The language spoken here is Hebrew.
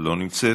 לא נמצאת,